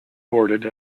boarded